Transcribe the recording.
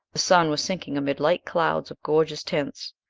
the sun was sinking amid light clouds of gorgeous tints,